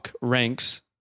ranks